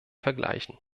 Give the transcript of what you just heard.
vergleichen